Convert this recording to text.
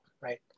right